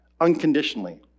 unconditionally